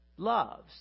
Loves